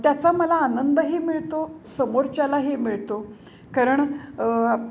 त्याचा मला आनंदही मिळतो समोरच्यालाही मिळतो कारण